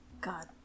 God